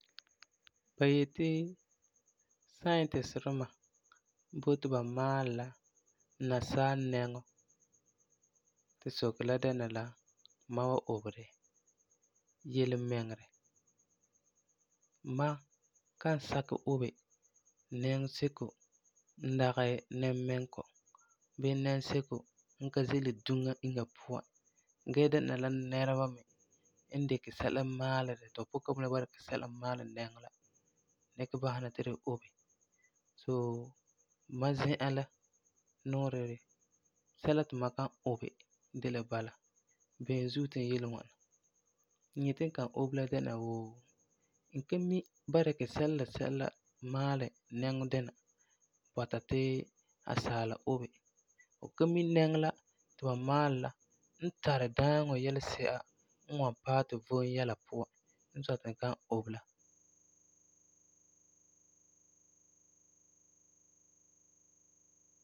Ba yeti scientists duma boti ba maalɛ la nasaa nɛŋɔ, ti sokere la dɛna la, mam wan obe di? Yelemiŋerɛ, mam kan sakɛ obe nɛŋɔ seko n dagi nɛmmɛnkɔ bii nɛŋɔ seko n ka ze'ele duŋa inya puan, gee dɛna la nɛreba n dikɛ sɛla maalɛ ti fu ka mina n dikɛ sɛla maalɛ nɛŋɔ la, dikɛ basɛ na ti tu obe, so mam zi'an la nuu de, sɛla ti mam kan obe de la bala. Beni zuo ti n yele bala, n yeti n kan obe la dɛna wuu n ka mi ba dikɛ sɛla la sɛla maalɛ nɛŋɔ dina, bɔta ti asaala obe. Fu ka mi nɛŋɔ la ti ba maalɛ la n tari daaŋɔ yelesi'a n wan paɛ tu vom yɛla puan, n sɔi ti n kan obe la.